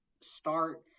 start